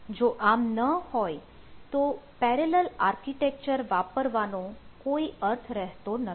જો આમ ન હોય તો પેરેલલ આર્કિટેક્ચર વાપરવાનો કોઈ અર્થ રહેતો નથી